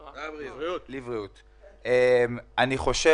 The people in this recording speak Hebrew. לא יכול להיות